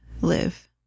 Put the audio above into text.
live